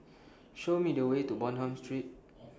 Show Me The Way to Bonham Street